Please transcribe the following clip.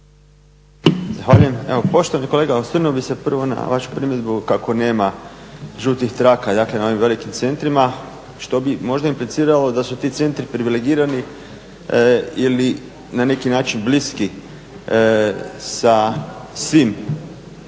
Zahvaljujem. Evo poštovani kolega osvrnuo bih se prvo na vašu primjedbu kako nema žutih traka dakle na ovim velikim centrima što bi možda impliciralo da su ti centri privilegirani ili na neki način bliski sa svim